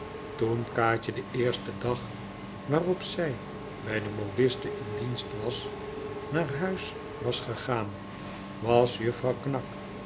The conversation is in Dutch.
toen kaatje den eersten dag waarop zij bij de modiste in dienst was naar huis was gegaan was juffrouw knag